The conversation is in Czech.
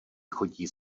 chodí